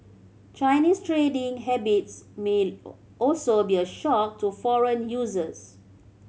Chinese trading habits may also be a shock to foreign users